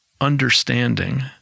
understanding